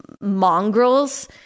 mongrels